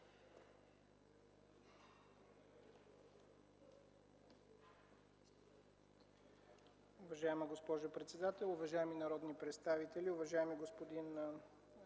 Уважаема госпожо председател, уважаеми народни представители! Уважаеми господин